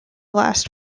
last